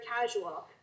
casual